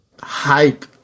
Hype